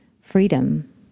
freedom